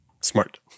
Smart